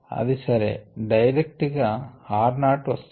అది సరే డైరెక్ట్ గా r నాట్ వస్తుంది